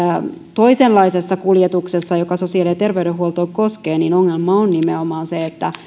toisenlaisessa kuljetuksessa joka koskee sosiaali ja terveydenhuoltoa ongelma on nimenomaan se että